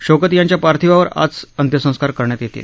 शौकत त्यांच्या पार्थिवावर आज अंत्यसंस्कार करण्यात येतील